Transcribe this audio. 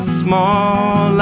small